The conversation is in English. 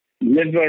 liver